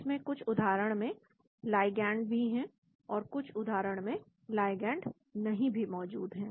इसमें कुछ उदाहरण में लाइगैंड भी हैं और कुछ उदाहरण में लाइगैंड नहीं भी मौजूद है